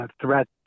threat